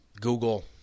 Google